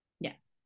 Yes